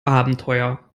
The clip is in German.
abenteuer